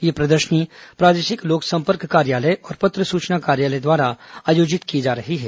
यह प्रदर्शनी प्रादेशिक लोकसंपर्क कार्यालय और पत्र सूचना कार्यालय द्वारा आयोजित की जा रही है